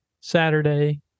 Saturday